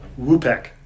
WUPEC